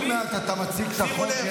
עוד מעט אתה מציג את החוק,